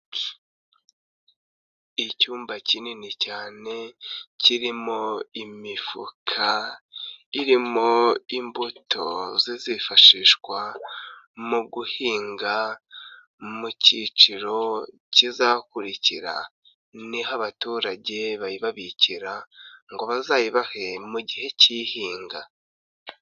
Icyumba kinini cyane kirimo imifuka irimo imbuto zizifashishwa mu guhinga mu cyiciro kizakurikira, ni ho abaturage bayibabikira ngo bazayibahe mu gihe cy'ihinga.